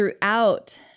throughout